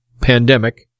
pandemic